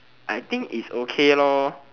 I think is okay lor